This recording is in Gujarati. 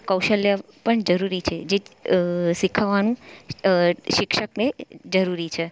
કૌશલ્ય પણ જરૂરી છે જે શીખવાનું શિક્ષકને જરૂરી છે